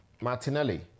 Martinelli